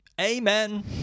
amen